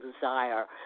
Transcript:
desire